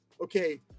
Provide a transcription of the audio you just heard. okay